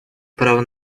права